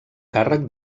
càrrec